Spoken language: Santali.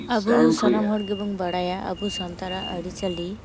ᱟᱵᱚ ᱥᱟᱱᱟᱢ ᱦᱚᱲᱜᱮᱵᱚᱱ ᱵᱟᱲᱟᱭᱟ ᱟᱵᱚ ᱥᱟᱱᱛᱟᱲᱟᱜ ᱟ ᱨᱤᱪᱟᱹᱞᱤ